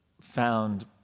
found